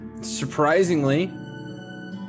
surprisingly